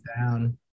down